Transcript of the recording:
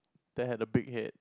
they had the big head